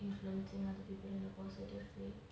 influencing other people in a positive way